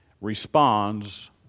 responds